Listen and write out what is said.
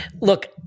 Look